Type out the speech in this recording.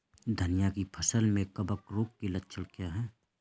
धनिया की फसल में कवक रोग के लक्षण क्या है?